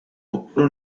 oppure